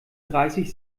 dreißig